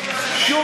הממשלה?